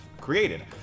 created